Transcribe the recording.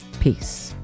peace